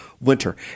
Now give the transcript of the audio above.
winter